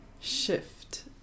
shift